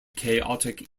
chaotic